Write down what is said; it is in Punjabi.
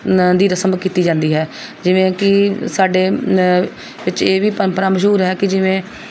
ਦੀ ਰਸਮ ਕੀਤੀ ਜਾਂਦੀ ਹੈ ਜਿਵੇਂ ਕਿ ਸਾਡੇ ਵਿੱਚ ਇਹ ਵੀ ਪਰੰਪਰਾ ਮਸ਼ਹੂਰ ਹੈ ਕਿ ਜਿਵੇਂ